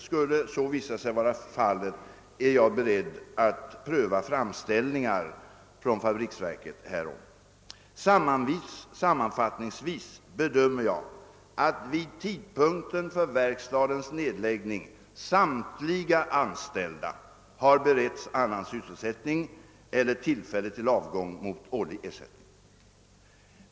Skulle så visa sig vara fallet, är jag beredd att välvilligt pröva framställningar härom. Sammanfattningsvis bedömer jag att vid tidpunkten för verkstadens nedläggning samtliga anställda har beretts annan sysselsättning eller tillfälle till avgång mot årlig ersättning.